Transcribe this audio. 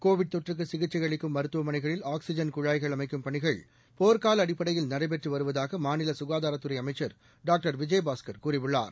Covid தொற்றுக்கு சிகிச்சை அளிக்கும் மருத்துவமனைகளில் ஆக்ஸிஜன் குழாய்கள் அமைக்கும் பணிகள் போர்க்கால அடிப்படையில் நடைபெற்று வருவதாக மாநில சுகாதாரத்துறை அமைச்சர் டாக்டர் விஜயபாஸ்கர் கூறியுள்ளார்